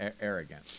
arrogant